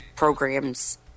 programs